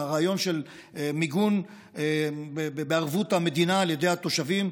הרעיון של מיגון בערבות המדינה על ידי התושבים.